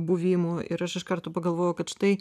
buvimu ir aš iš karto pagalvojau kad štai